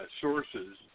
sources